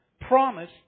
promise